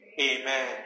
Amen